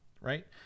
Right